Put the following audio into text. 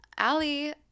Allie